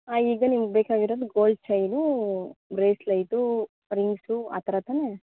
ಹಾಂ ಈಗ ನಿಮ್ಗೆ ಬೇಕಾಗಿರೋದು ಗೋಲ್ಡ್ ಚೈನು ಬ್ರೇಸ್ಲೈಟು ರಿಂಗ್ಸು ಆ ಥರ ತಾನೆ